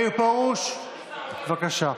מאיר פרוש, בבקשה.